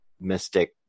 mystic